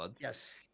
Yes